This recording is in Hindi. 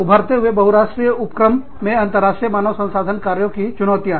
उभरते हुए बहुराष्ट्रीय उपक्रम में अंतरराष्ट्रीय मानव संसाधन कार्यों की चुनौतियाँ